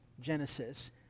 Genesis